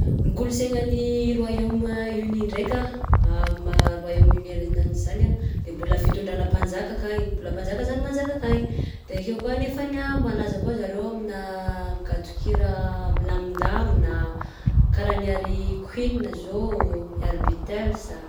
Ny kolosaina any Royaume-Uni ndraika amy maha Royaume-Uni ananjy zany ah, de mbola fitondrana mpanjaka akany, mbola mpanjaka zany manjaka akany, de akeo koa anefany ah malaza koa zareo amina gadon-kira milamindamigna, karaha ny ary i Queen zao, ary i Beatles ah.